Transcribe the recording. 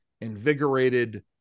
invigorated